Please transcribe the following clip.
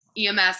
EMS